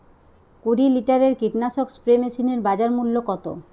কুরি লিটারের কীটনাশক স্প্রে মেশিনের বাজার মূল্য কতো?